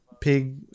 pig